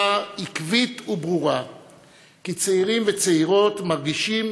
עקבית וברורה כי צעירים וצעירות מרגישים